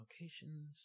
locations